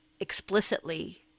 explicitly